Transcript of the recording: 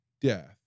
death